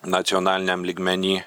nacionaliniam lygmeny